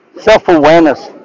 Self-awareness